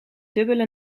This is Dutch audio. dubbele